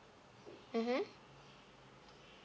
mmhmm